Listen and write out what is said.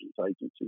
agencies